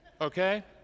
okay